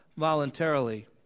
Voluntarily